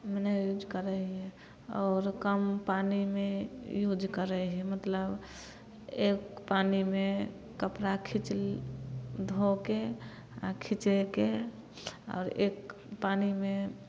मने यूज करै हियै आओर कम पानिमे यूज करै हियै मतलब एक पानिमे कपड़ा खींचि धो कऽ आ खीचयके आओर एक पानिमे